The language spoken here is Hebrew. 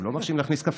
הם לא מרשים להכניס קפה,